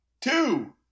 Two